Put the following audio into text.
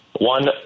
one